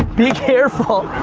be careful.